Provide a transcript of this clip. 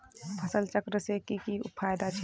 फसल चक्र से की की फायदा छे?